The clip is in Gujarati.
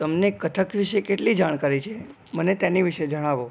તમને કથક વિશે કેટલી જાણકારી છે મને તેની વિશે જણાવો